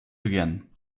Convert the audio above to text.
again